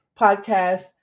podcast